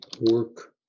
work